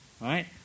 right